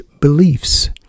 beliefs